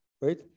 right